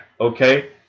Okay